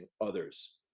others